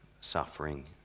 suffering